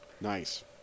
Nice